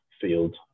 field